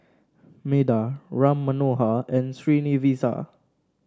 Medha Ram Manohar and Srinivasa